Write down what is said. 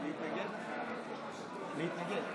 טוב.